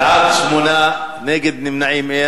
בעד, 8, אין נגד, אין נמנעים.